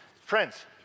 friends